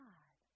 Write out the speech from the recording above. God